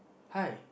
hi